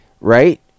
right